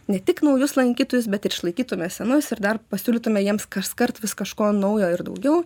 ne tik naujus lankytojus bet ir išlaikytume senus ir dar pasiūlytume jiems kaskart vis kažko naujo ir daugiau